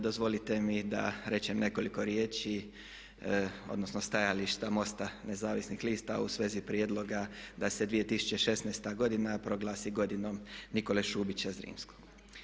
Dozvolite mi da rečem nekoliko riječi, odnosno stajališta MOST-a nezavisnih lista u svezi prijedloga da se 2016. godina proglasi godinom Nikole Šubića Zrinskog.